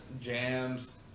jams